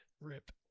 rip